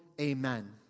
Amen